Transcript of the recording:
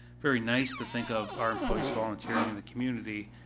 very nice to think of our employees volunteering in the community,